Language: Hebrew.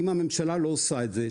אם הממשלה לא עושה את זה,